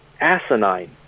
asinine